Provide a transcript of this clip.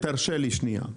תרשה לי שנייה.